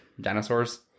dinosaurs